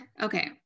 Okay